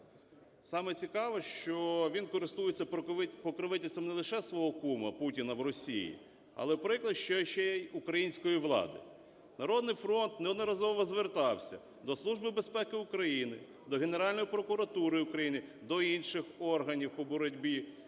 Саме цікаве, що він користується покровительством не лише свого кума Путіна в Росії, але, прикро, що ще і української влади. "Народний фронт" неодноразово звертався до Служби безпеки України, до Генеральної прокуратури України, до інших органів по боротьбі